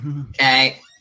Okay